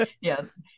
Yes